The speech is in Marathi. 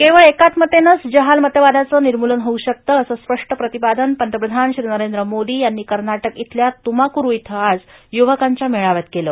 केवळ एकात्मतेनंच जहालमतवादाचा निर्मूलन होऊ शकतं असं स्पष्ट प्रतिपादन पंतप्रधान श्री नरेंद्र मोदी यांनी कर्नाटक इथल्या तुमाकुरू इथं आज युवकांच्या मेळाव्यात केलं